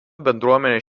bendruomenės